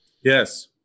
Yes